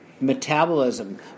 metabolism